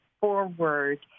forward